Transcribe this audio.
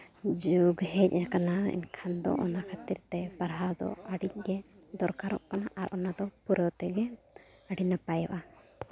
ᱡᱩᱜᱽ ᱦᱮᱡ ᱠᱟᱱᱟ ᱮᱱᱠᱷᱟᱱ ᱫᱚ ᱚᱱᱟ ᱠᱷᱟᱹᱛᱤᱨ ᱛᱮ ᱯᱟᱲᱦᱟᱣ ᱫᱚ ᱟᱹᱰᱤᱜᱮ ᱫᱚᱨᱠᱟᱨᱚᱜ ᱠᱟᱱᱟ ᱟᱨ ᱚᱱᱟᱫᱚ ᱯᱩᱨᱟᱹᱣ ᱛᱮᱜᱮ ᱟᱹᱰᱤ ᱱᱟᱯᱟᱭᱚᱜᱼᱟ